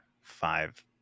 five